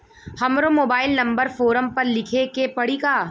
हमरो mobile number form पर लिखे के पड़ी का?